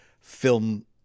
film